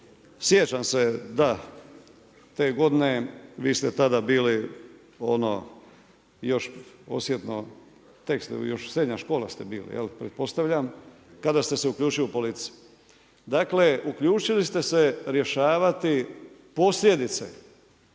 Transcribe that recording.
sjećam se da, te godine vi ste tada bili ono još osjetno, tek ste, još srednja škola ste bili, jel, pretpostavljam, kada ste se uključili u …/Govornik se ne razumije./… Dakle, uključili ste se rješavati posljedice,